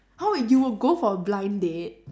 !huh! wait you will go for blind date